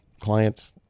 clients